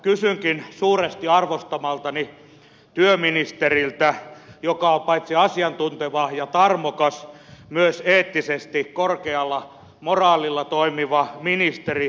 kysynkin suoraan suuresti arvostamaltani työministeriltä joka on paitsi asiantunteva ja tarmokas myös eettisesti korkealla moraalilla toimiva ministeri